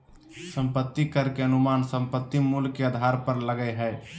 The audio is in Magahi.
संपत्ति कर के अनुमान संपत्ति मूल्य के आधार पर लगय हइ